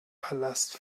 palast